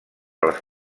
les